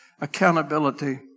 accountability